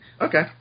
Okay